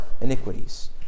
iniquities